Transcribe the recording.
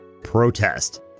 protest